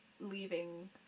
leaving